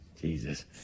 Jesus